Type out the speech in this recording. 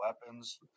weapons